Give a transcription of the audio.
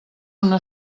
una